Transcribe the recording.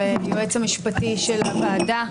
וליועץ המשפטי של הוועדה,